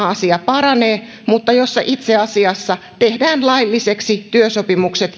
asia paranee mutta jossa itse asiassa tehdään lailliseksi työsopimus